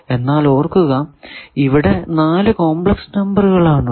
എന്നാൽ ഓർക്കുക ഇവിടെ 4 കോംപ്ലക്സ് നമ്പറുകൾ ആണ് ഉള്ളത്